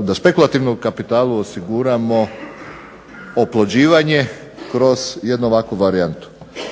da špekulativnom kapitalu osiguramo oplođivanje kroz jednu ovakvu varijantu.